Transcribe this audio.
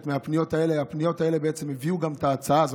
הפניות האלה הביאו את ההצעה הזאת.